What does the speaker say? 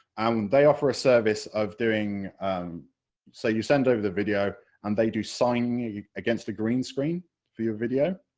um they offer a service of doing so you send over the video and they do signing against a green screen for your video,